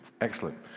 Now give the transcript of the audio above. Excellent